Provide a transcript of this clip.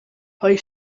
pwy